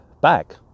back